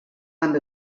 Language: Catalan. amb